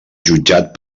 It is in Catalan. jutjat